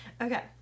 Okay